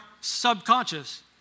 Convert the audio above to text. subconscious